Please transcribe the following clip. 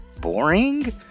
boring